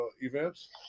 events